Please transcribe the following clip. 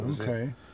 Okay